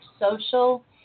social